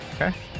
Okay